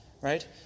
right